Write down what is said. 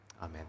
amen